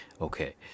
Okay